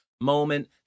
moment